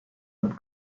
nad